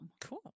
Cool